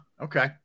Okay